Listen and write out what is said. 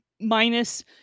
minus